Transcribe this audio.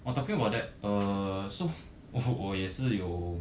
oh talking about that uh so 我也是有